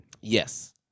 Yes